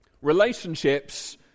Relationships